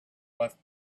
left